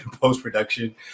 post-production